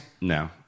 no